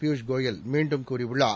பியூஸ் கோயல் மீண்டும் கூறியுள்ளார்